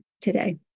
today